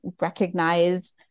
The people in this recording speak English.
recognize